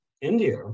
India